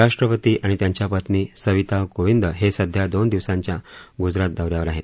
राष्ट्रपती आणि त्यांच्या पत्नी सविता कोविंद हे सध्या दोन दिवसांच्या गुजरात दौ यावर आहेत